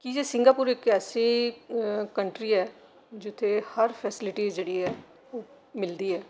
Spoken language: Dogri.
की जे सिंगापुर इक ऐसी कंट्री ऐ जित्थै हर फैसिलिटि जेह्ड़ी ऐ ओह् मिलदी ऐ